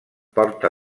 porta